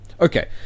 okay